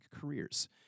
careers